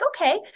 okay